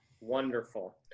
Wonderful